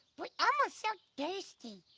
boy, elmo's so thirsty.